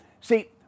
See